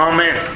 Amen